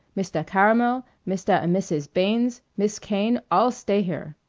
mistah caramel, mistah and missays barnes, miss kane, all stay here.